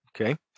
Okay